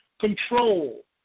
control